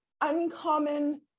uncommon